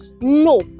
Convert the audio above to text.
no